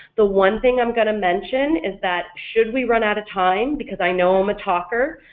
the one thing i'm going to mention is that should we run out of time because i know i'm a talker,